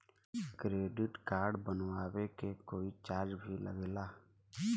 Credit card बनवावे के कोई चार्ज भी लागेला?